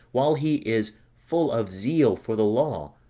while he is full of zeal for the law,